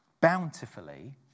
bountifully